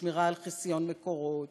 שמירה על חסיון מקורות,